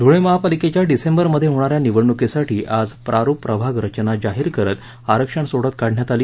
धुळे महापालिकेच्या डिसेंबरमध्ये होणा या निवडणुकीसाठी आज पारुप प्रभाग रचना जाहीर करत आरक्षण सोडत काढण्यात आली